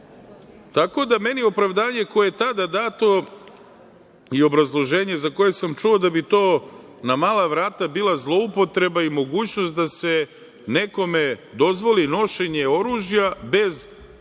muke. Tako da meni opravdanje koje je tada dato i obrazloženje za koje sam čuo da bi to na mala vrata bila zloupotreba i mogućnost da se nekome dozvoli nošenje oružja bez posebne